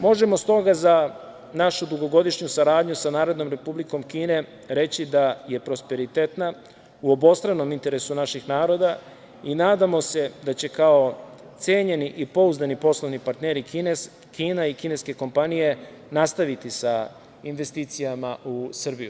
Možemo s toga za našu dugogodišnju saradnju sa NRK reći da je prosperitetna u obostranom interesu naših naroda i nadamo se da će kao cenjeni i pouzdani poslovni partneri Kina i kineske kompanije nastaviti sa investicijama u Srbiji.